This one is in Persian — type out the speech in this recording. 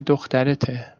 دخترته